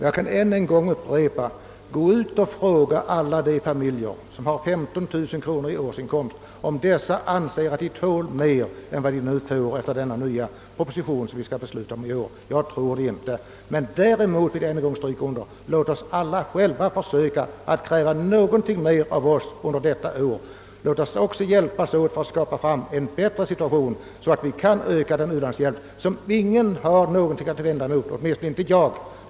Jag vill än en gång upprepa: Gå ut och fråga alla de familjer som har 15000 kronor i årsinkomst, om de anser att de tål mer än de utsätts för genom den nya proposition som vi skall besluta om i år! Jag tror det inte. Låt oss däremot — det vill jag än en gång understryka — alla försöka att kräva någonting mer av oss själva under detta år! Låt oss också hjälpas åt att skapa en bättre situation, så att vi kan öka den u-landshjälp som ingen har något att invända mot, åtminstone inte jag!